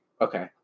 Okay